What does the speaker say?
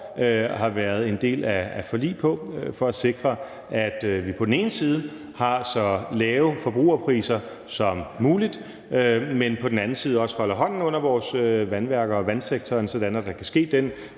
har været en del af et forlig om for at sikre, at vi på den ene side har så lave forbrugerpriser som muligt, men på den anden side også holder hånden under vores vandværker og vandsektoren, sådan at der kan ske den